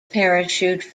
parachute